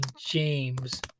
James